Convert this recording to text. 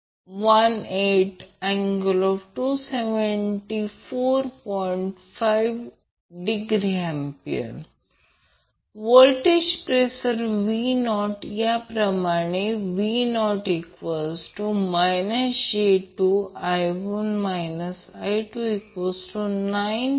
5°A voltage pressure V0 याप्रमाणे V0 j2 9